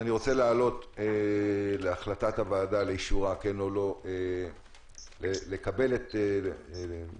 אני מבקש להעלות להצבעה את ההצעה להאריך את תוקף